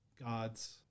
God's